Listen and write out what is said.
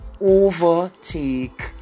overtake